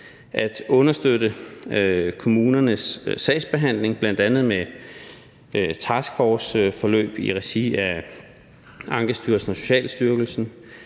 at understøtte kommunernes sagsbehandling, bl.a. med taskforceforløb i regi af Ankestyrelsen og Socialstyrelsen.